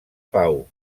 pau